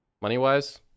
money-wise